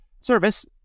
Service